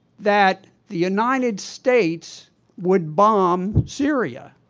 that the united states would bomb syria.